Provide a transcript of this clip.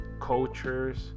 cultures